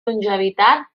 longevitat